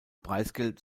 preisgeld